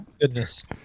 goodness